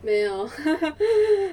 没有